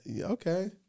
Okay